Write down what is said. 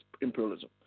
imperialism